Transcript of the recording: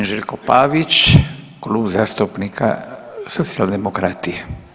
G. Željko Pavić, Kluba zastupnika socijaldemokrati.